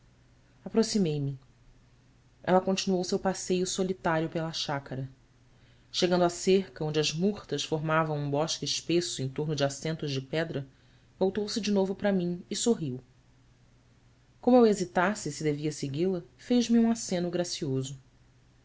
e olhou-me aproximei-me ela continuou seu passeio solitário pela chácara chegando à cerca onde as murtas formavam um bosque espesso em torno de assentos de pedra voltou-se de novo para mim e sorriu como eu hesitasse se devia segui-la fez-me um aceno gracioso